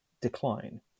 decline